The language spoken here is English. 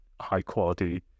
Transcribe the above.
high-quality